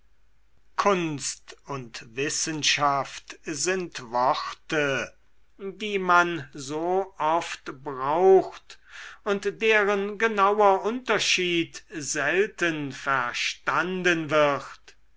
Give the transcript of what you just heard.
kunst und wissenschaft sind worte die man so oft braucht und deren genauer unterschied selten verstanden wird